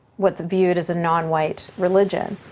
what's viewed as a non-white religion.